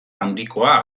handikoa